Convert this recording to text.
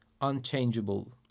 unchangeable